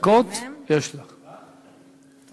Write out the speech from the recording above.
דקות, אני